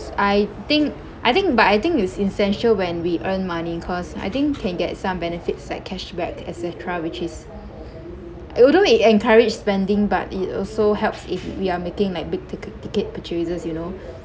I think I think but I think it's essential when we earn money cause I think can get some benefits like cashback et cetera which is uh although it encourage spending but it also helps if we are making like big ticker~ ticket purchases you know